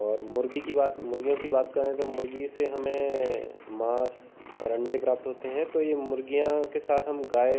और मुर्गी की बात मुर्गियों की बात करें तो मुर्गी से हमें मांस और अंडे प्राप्त होते हैं तो यह मुर्गियों के साथ हम गाय